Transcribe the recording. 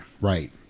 right